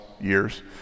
years